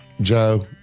Joe